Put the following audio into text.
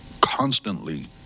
constantly